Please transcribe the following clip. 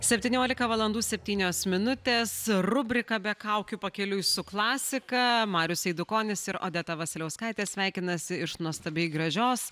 septyniolika valandų septynios minutės rubrika be kaukių pakeliui su klasika marius eidukonis ir odeta vasiliauskaitė sveikinasi iš nuostabiai gražios